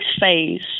phase